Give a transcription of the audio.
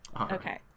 Okay